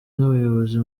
n’abayobozi